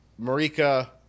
Marika